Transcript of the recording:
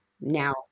now